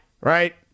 right